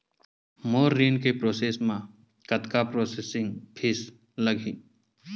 मोर ऋण के प्रोसेस म कतका प्रोसेसिंग फीस लगही?